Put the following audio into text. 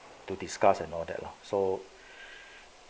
to discuss and all that lah so